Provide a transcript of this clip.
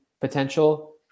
potential